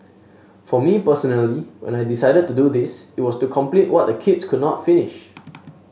for me personally when I decided to do this it was to complete what the kids could not finish